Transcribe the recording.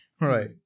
Right